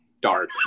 dark